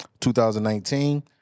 2019